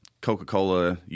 Coca-Cola